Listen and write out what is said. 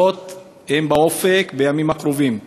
ההצפות באופק, בימים הקרובים.